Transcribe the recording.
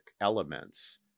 elements